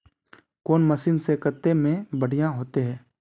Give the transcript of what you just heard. कौन मशीन से कते में बढ़िया होते है?